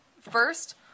First